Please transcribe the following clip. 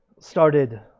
started